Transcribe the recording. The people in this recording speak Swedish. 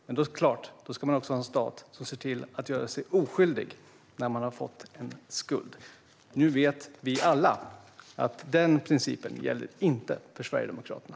Men då ska man ha en stat som ser till att göra sig oskyldig när den har fått en skuld. Nu vet vi alla att denna princip inte gäller för Sverigedemokraterna.